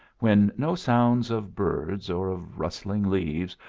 when no sounds of birds, or of rustling leaves,